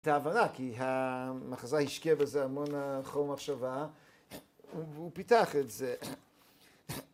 ‫תעברה, כי המחזאי השקיע בזה ‫המון חום מחשבה והוא פיתח את זה.